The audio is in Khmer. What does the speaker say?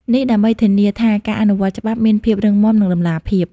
នេះដើម្បីធានាថាការអនុវត្តច្បាប់មានភាពរឹងមាំ និងតម្លាភាព។